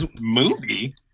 movie